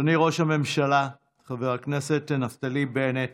אדוני ראש הממשלה חבר הכנסת נפתלי בנט,